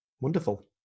Wonderful